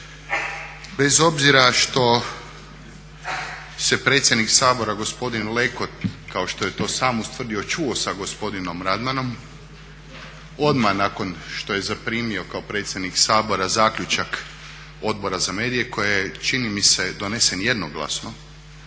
Bez obzira što se predsjednik Sabora gospodin Leko kao što je to sam ustvrdio čuo sa gospodinom Radmanom odmah nakon što je zaprimio kao predsjednik Sabora zaključak Odbora za medije koje je čini mi se donesen jednoglasno